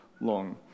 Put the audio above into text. long